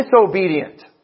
disobedient